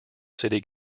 city